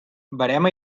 verema